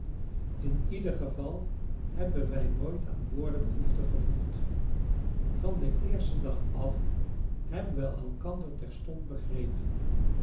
in ieder geval hebben wij nooit aan woorden behoefte gevoeld van den eersten dag af hebben we elkander terstond begrepen